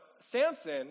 Samson